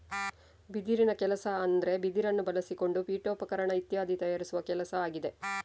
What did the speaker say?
ಬಿದಿರಿನ ಕೆಲಸ ಅಂದ್ರೆ ಬಿದಿರನ್ನ ಬಳಸಿಕೊಂಡು ಪೀಠೋಪಕರಣ ಇತ್ಯಾದಿ ತಯಾರಿಸುವ ಕೆಲಸ ಆಗಿದೆ